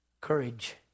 Courage